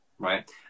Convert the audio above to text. right